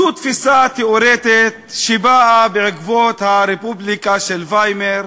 זוהי תפיסה תיאורטית שבאה בעקבות הרפובליקה של ויימאר.